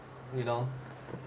you know